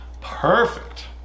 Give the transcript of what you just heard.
perfect